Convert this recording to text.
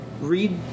read